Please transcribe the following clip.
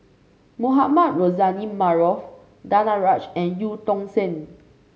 Mohamed Rozani Maarof Danaraj and Eu Tong Sen